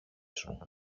σου